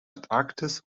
antarktis